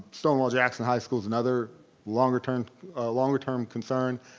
stonewall jackson high school's another longer-term longer-term concern.